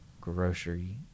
grocery